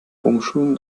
umschulen